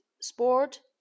sport